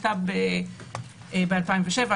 ב-2007,